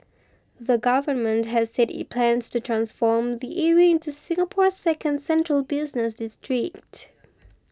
the Government has said it plans to transform the area into Singapore's second central business district